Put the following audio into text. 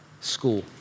school